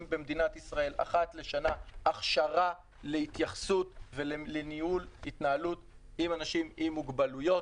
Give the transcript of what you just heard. במדינת ישראל אחת לשנה הכשרה להתייחסות ולהתנהלות עם אנשים עם מוגבלויות.